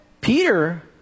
Peter